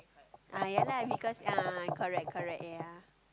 ah ya lah because ah correct correct ya